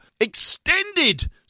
extended